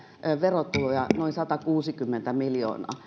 verotuloja noin satakuusikymmentä miljoonaa